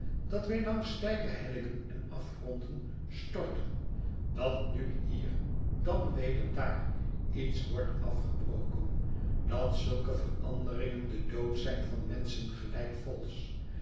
dat wij langs steile hellingen in afgronden storten dat nu hier dan weder daar iets wordt afgebroken dat zulke veranderingen de dood zijn van menschen gelijk